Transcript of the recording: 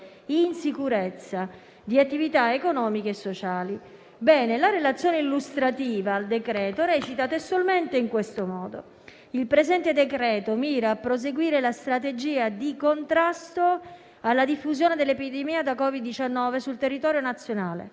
in sicurezza di attività economiche e sociali. La relazione illustrativa al decreto recita testualmente: «Il presente decreto mira a proseguire la strategia di contrasto alla diffusione dell'epidemia da Covid-19 sul territorio nazionale,